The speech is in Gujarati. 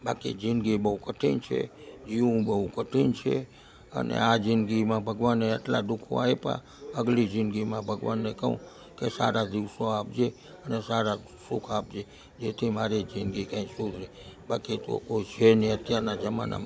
બાકી જિંદગી બહુ કઠિન છે જીવવું બહુ કઠિન છે અને આ જિંદગીમાં ભગવાને એટલા દુ ખો આપ્યાં આગલી જિંદગીમાં ભગવાનને કહું કે સારા દિવસો આપજે અને સારા સુખ આપજે જેથી મારી જિંદગી કાંઇ સુધરે બાકીતો કોય છે નહીં અત્યારના જમાનામાં